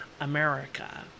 America